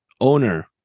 owner